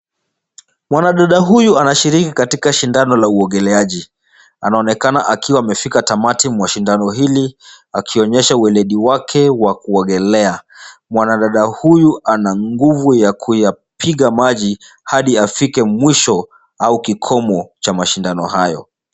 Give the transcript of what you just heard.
Mwanadada huyu anashiriki katika shindano la uogeleaji , anaonekana akiwa amefika tamati mwa shindano hili ,akionyesha ueledi wake wa kuogelea. Mwanadada huyu ana nguvu ya kuyapiga maji hadi afike mwisho au kikomo cha mashindano hayo.